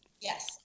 Yes